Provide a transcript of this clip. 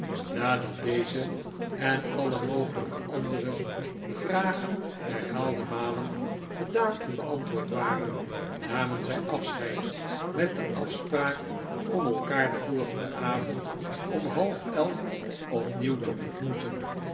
nadat deze en alle mogelijke andere vragen herhaalde malen gedaan en beantwoord waren namen zij afscheid met de afspraak om elkaar den volgenden avond om half elf opnieuw te ontmoeten